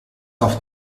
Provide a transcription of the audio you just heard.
auf